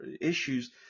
issues